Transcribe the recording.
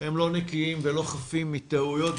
הם לא נקיים ולא חפים מטעויות,